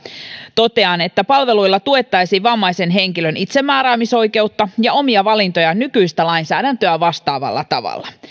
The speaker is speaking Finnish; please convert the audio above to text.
totean että palveluilla tuettaisiin vammaisen henkilön itsemääräämisoikeutta ja omia valintoja nykyistä lainsäädäntöä vastaavalla tavalla